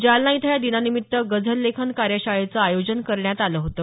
जालना इथं या दिनानिमित्त गझल लेखन कार्यशाळेचं आयोजन करण्यात आलं होतं